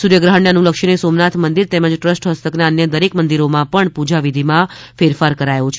સૂર્યગ્રહણને અનુલક્ષીને સોમનાથ મંદિર તેમજ ટ્રસ્ટ હસ્તકના અન્ય દરેક મંદિરોમાં પણ પૂજાવિધિમાં ફેરફાર કરાયો છે